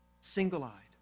single-eyed